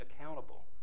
accountable